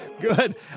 Good